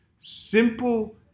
simple